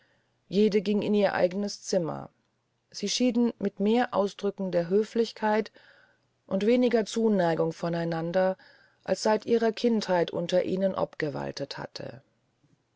jede ging in ihr zimmer sie schieden mit mehr ausdrücken der höflichkeit und weniger zuneigung von einander als seit ihrer kindheit unter ihnen obgewaltet hatten